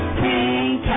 pink